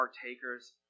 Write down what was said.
partakers